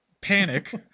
Panic